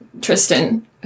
Tristan